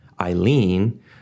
Eileen